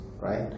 right